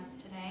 today